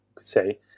say